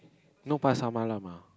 no Pasar Malam ah